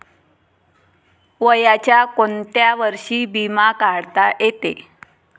वयाच्या कोंत्या वर्षी बिमा काढता येते?